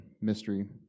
mystery